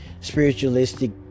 spiritualistic